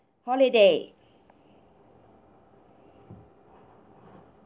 holiday